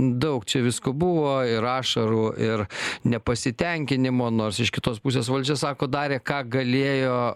daug čia visko buvo ir ašarų ir nepasitenkinimo nors iš kitos pusės valdžia sako darė ką galėjo